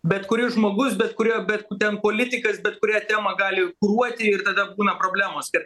bet kuris žmogus bet kurio bet ten politikas bet kurią temą gali kuruoti ir tada būna problemos kad